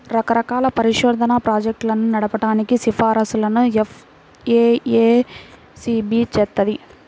రకరకాల పరిశోధనా ప్రాజెక్టులను నడపడానికి సిఫార్సులను ఎఫ్ఏఎస్బి చేత్తది